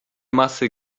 masy